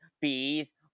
bees